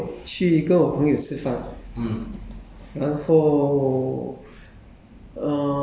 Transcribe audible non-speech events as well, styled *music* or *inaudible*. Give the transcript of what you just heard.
*noise* actually 我昨天讲讲昨天昨天我去跟我朋友吃饭